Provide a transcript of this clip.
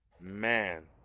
Man